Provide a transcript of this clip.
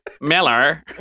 Miller